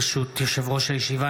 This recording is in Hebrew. ברשות יושב-ראש הישיבה,